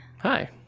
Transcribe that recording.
Hi